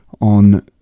on